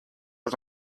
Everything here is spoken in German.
das